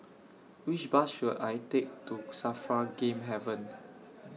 Which Bus should I Take to SAFRA Game Haven